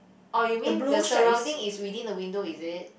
oh you mean the surrounding is within the window is it